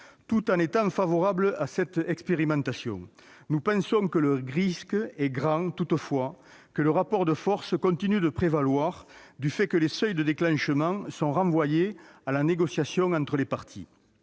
Tout en étant favorables à cette expérimentation, nous pensons que le risque est grand de voir le rapport de force continuer de prévaloir, les seuils de déclenchement étant renvoyés à la négociation entre les parties.